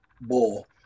bull